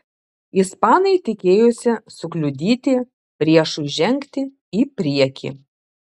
ispanai tikėjosi sukliudyti priešui žengti į priekį